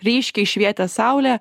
ryškiai švietė saulė